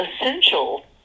essential